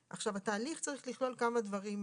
התהליך צריך לכלול כמה דברים,